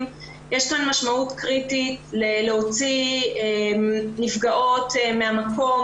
יש משמעות קריטית להוציא נפגעות מהמקום,